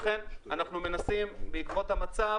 לכן אנחנו מנסים, בעקבות המצב,